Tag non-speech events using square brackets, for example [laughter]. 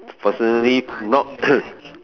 personally not [coughs]